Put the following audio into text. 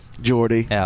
Jordy